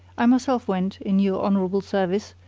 i myself went, in your honourable service,